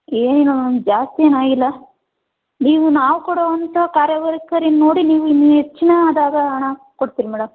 ಏನು ಮ್ಯಾಮ್ ಜಾಸ್ತಿ ಏನೂ ಆಗಿಲ್ಲ ನೀವು ನಾವು ಕೊಡೋ ಅಂಥ ಕಾರ್ಯವೈಖರಿನ ನೋಡಿ ನೀವು ಇನ್ನೂ ಹೆಚ್ಚಿನ ಅದಾಗ ಹಣ ಕೊಡ್ತೀರಿ ಮೇಡಮ್